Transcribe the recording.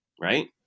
right